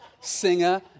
singer